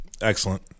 Excellent